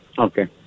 Okay